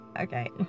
Okay